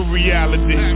reality